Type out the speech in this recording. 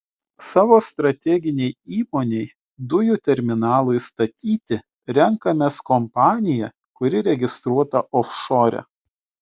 savo strateginei įmonei dujų terminalui statyti renkamės kompaniją kuri registruota ofšore